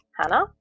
Hannah